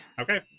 okay